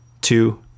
two